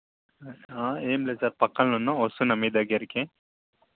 ఏమి లేదు సార్ పక్కన ఉన్న వస్తున్నాను మీ దగ్గరకి